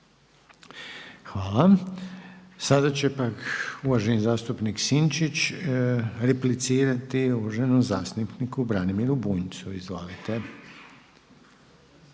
Hvala. Sada će pak uvaženi zastupnik Sinčić replicirati uvaženom zastupniku Branimiru Bunjcu. Izvolite.